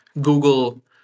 Google